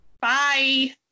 Bye